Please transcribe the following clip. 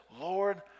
Lord